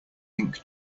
ink